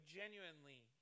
genuinely